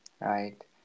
right